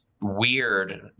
weird